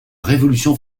révolution